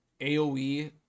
AOE